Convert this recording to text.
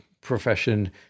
profession